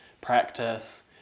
practice